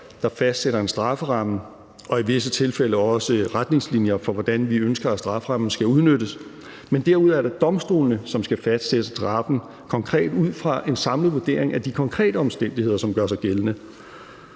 der fastsætter en strafferamme og i visse tilfælde også retningslinjer for, hvordan vi ønsker at strafferammen skal udnyttes, men derude er det domstolene, som skal fastsætte straffen konkret ud fra en samlet vurdering af de konkrete omstændigheder, som gør sig gældende.